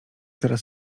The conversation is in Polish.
teraz